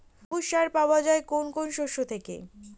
সবুজ সার পাওয়া যায় কোন কোন শস্য থেকে?